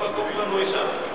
יש מקום פנוי שם.